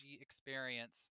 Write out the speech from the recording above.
experience